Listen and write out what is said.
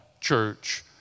church